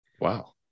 Wow